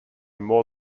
more